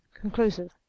conclusive